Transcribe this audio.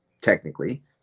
technically